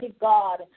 God